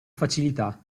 facilità